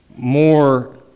more